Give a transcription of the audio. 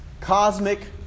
Cosmic